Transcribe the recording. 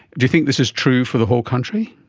do you think this is true for the whole country?